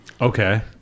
Okay